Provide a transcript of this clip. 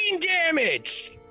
damage